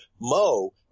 Mo